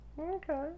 Okay